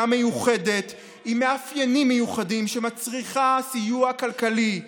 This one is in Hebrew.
מיוחדת עם מאפיינים מיוחדים שמצריכה סיוע כלכלי.